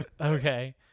Okay